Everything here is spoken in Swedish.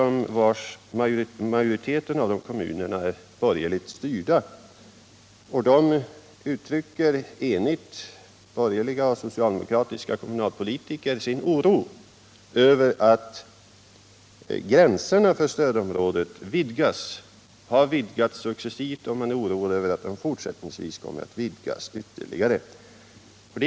Majoriteten av de kommunerna är borgerligt styrda, och i dessa kommuner uttrycker borgerliga och socialdemokratiska politiker i enighet sin oro över att gränserna för stödområdet successivt har vidgats och över att de kommer att vidgas ytterligare.